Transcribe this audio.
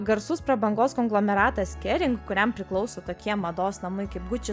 garsus prabangos konglomeratas kering kuriam priklauso tokie mados namai kaip gucci